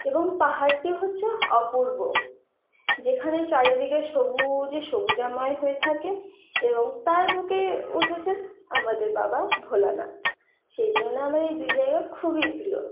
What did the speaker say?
এবং পাহাড়টি হচ্ছে অপূর্ব যেখানে চারিদিকে সবুজ সবুজাময় হয় থাকে এবং তার বুকেই উঠেছে আমাদের বাবা ভোলানাথ সেইজন্য আমাদের এই দুই জায়গা খুবই প্রিয়